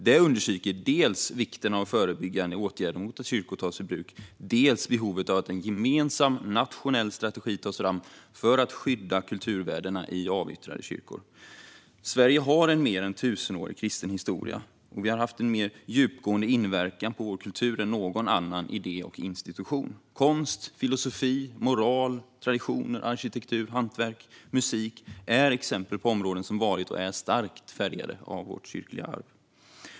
Detta understryker dels vikten av förebyggande åtgärder mot att kyrkor tas ur bruk, dels behovet av att en gemensam nationell strategi tas fram för att skydda kulturvärdena i avyttrade kyrkor. Sverige har en mer än tusenårig kristen historia. Kristendomen har haft en mer djupgående inverkan på vår kultur än någon annan idé eller institution. Konst, filosofi, moral, traditioner, arkitektur, hantverk och musik är exempel på områden som varit och är starkt färgade av vårt kyrkliga arv.